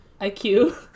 IQ